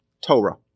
Torah